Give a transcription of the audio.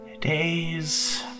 Days